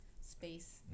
space